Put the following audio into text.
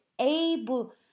able